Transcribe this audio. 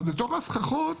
אז בתוך הסככות